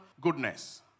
goodness